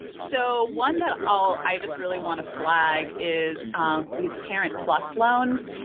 so one that i'll i just really want to flag is um these parent plus loans.